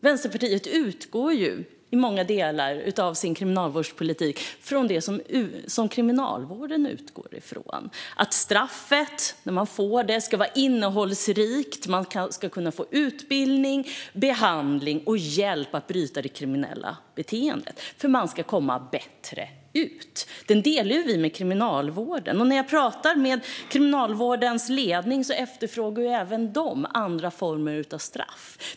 Vänsterpartiet utgår i många delar av sin kriminalvårdspolitik från det som Kriminalvården utgår ifrån: att straffet, när man får det, ska vara innehållsrikt och att man ska kunna få utbildning, behandling och hjälp att bryta det kriminella beteendet därför att man ska komma bättre ut. Detta delar vi med Kriminalvården. När jag pratar med Kriminalvårdens ledning efterfrågar även de andra former av straff.